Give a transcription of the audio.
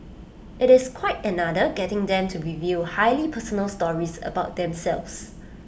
IT is quite another getting them to reveal highly personal stories about themselves